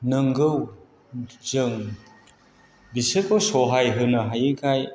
नंगौ जों बिसोरखौ सहाय होनो हायिखाय